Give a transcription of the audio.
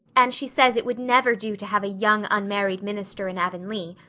and she says it would never do to have a young unmarried minister in avonlea,